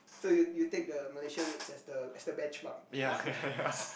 so you you take the Malaysia rate as the as the benchmark as the